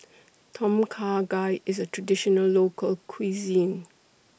Tom Kha Gai IS A Traditional Local Cuisine